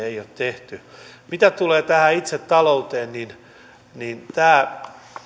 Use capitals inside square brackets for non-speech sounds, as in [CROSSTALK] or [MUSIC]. [UNINTELLIGIBLE] ei ole tehty mitä tulee itse talouteen niin niin tämä